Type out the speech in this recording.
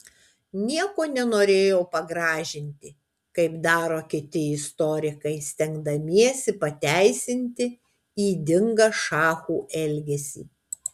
nieko nenorėjau pagražinti kaip daro kiti istorikai stengdamiesi pateisinti ydingą šachų elgesį